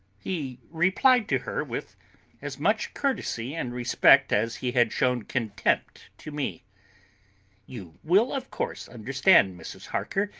he replied to her with as much courtesy and respect as he had shown contempt to me you will, of course, understand, mrs. harker,